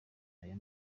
aya